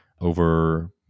over